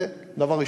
זה דבר ראשון.